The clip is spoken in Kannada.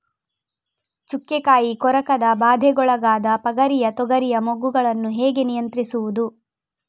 ಚುಕ್ಕೆ ಕಾಯಿ ಕೊರಕದ ಬಾಧೆಗೊಳಗಾದ ಪಗರಿಯ ತೊಗರಿಯ ಮೊಗ್ಗುಗಳನ್ನು ಹೇಗೆ ನಿಯಂತ್ರಿಸುವುದು?